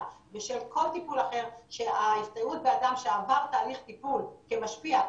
ושל כל טיפול אחר שההסתייעות באדם שעבר תהליך טיפול כמשפיע,